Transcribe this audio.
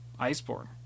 Iceborne